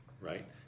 Right